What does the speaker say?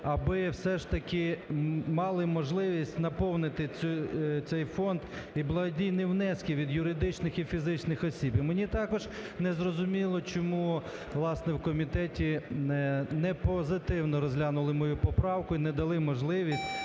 аби все ж таки мали можливість наповнити цей фонд і благодійні внески від юридичних і фізичних осіб. І мені також не зрозуміло, чому власне в комітеті не позитивно розглянули мою поправку і не дали можливість